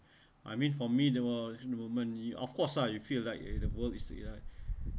I mean for me there were moment of course lah you feel like uh the world is uh